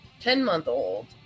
ten-month-old